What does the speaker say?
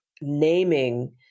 naming